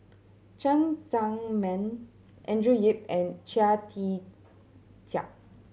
Cheng Tsang Man Andrew Yip and Chia Tee Chiak